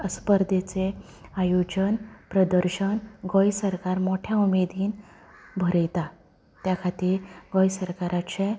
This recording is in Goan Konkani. स्पर्धेचे आयोजन प्रदर्शन गोंय सरकार मोठ्या उमेदीन भरयता त्या खातीर गोंय सरकाराचें